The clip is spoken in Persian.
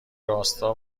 راستا